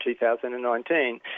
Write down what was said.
2019